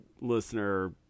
listener